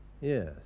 Yes